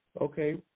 Okay